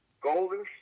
Golden